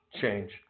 change